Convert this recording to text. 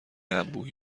انبوهی